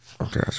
Okay